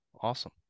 awesome